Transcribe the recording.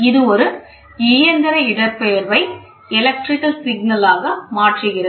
இது ஒரு இயந்திர இடப்பெயர்வை மின் சமிக்ஞையாக மாற்றுகிறது